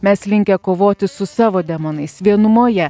mes linkę kovoti su savo demonais vienumoje